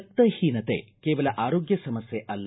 ರಕ್ತ ಹೀನತೆ ಕೇವಲ ಆರೋಗ್ಯ ಸಮಸ್ಕೆ ಅಲ್ಲ